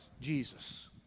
Jesus